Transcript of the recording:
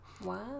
Wow